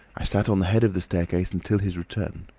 i sat on the head of the staircase until his return.